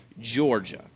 Georgia